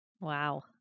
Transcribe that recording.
Wow